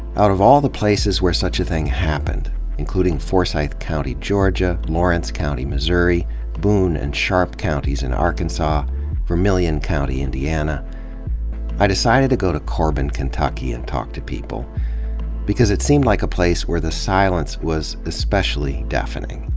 out of all the places where such a thing happened including forsyth county, georgia lawrence county, missouri boone and sharp counties in arkansas vermillion county, indiana i decided to go to corbin, kentucky and talk to people because it seemed like a place where the silence was especia lly deafening.